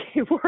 okay